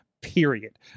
period